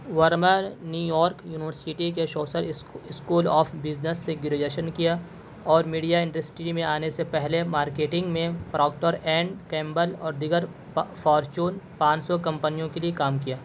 Verma New York university کے social school of business سے graduation کیا اور میڈیا انڈسٹری میں آنے سے پہلے مارکیٹنگ میں پراکٹر اینڈ کیمبل اور دیگر فارچون پانچ سو کمپنیوں کے لیے کام کیا